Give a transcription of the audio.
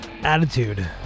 attitude